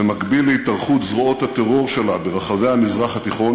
יהודי וערבי כאחד.